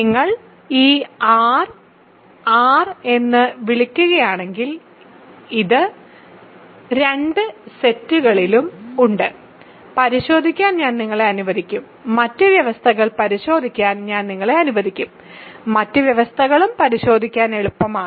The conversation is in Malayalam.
നിങ്ങൾ ഈ R R എന്ന് വിളിക്കുകയാണെങ്കിൽ ഇത് സെറ്റിലും ഉണ്ട് പരിശോധിക്കാൻ ഞാൻ നിങ്ങളെ അനുവദിക്കും മറ്റ് വ്യവസ്ഥകൾ പരിശോധിക്കാൻ ഞാൻ നിങ്ങളെ അനുവദിക്കും മറ്റ് വ്യവസ്ഥകളും പരിശോധിക്കാൻ എളുപ്പമാണ്